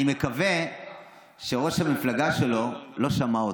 אני מקווה שראש המפלגה שלו לא שמע אותו,